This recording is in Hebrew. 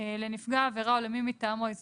אל מול הנאשם אין לשני